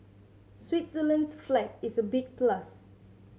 Switzerland's flag is a big plus